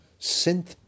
synth